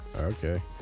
Okay